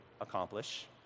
accomplish